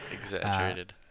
Exaggerated